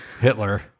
Hitler